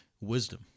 wisdom